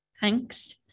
thanks